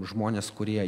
žmones kurie